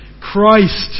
Christ